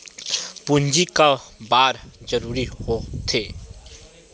पूंजी का बार जरूरी हो थे?